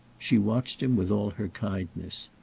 she watched him with all her kindness.